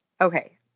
Okay